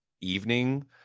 evening